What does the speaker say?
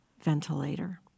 ventilator